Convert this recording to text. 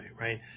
right